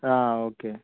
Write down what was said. okay